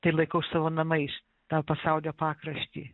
tai laikau savo namais tą pasaulio pakraštį